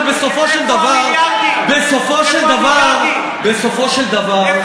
בסופו של דבר,